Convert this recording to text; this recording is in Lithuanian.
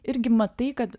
irgi matai kad